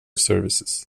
services